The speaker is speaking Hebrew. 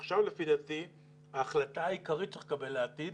ועכשיו לפי דעתי ההחלטה העיקרית שצריך לקבל לעתיד,